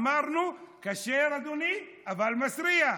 אמרנו: כשר, אדוני, אבל מסריח,